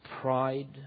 pride